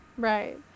Right